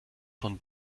von